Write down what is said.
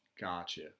Gotcha